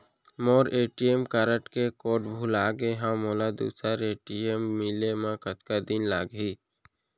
मोर ATM card के code भुला गे हव, मोला दूसर ए.टी.एम मिले म कतका दिन लागही?